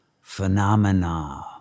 phenomena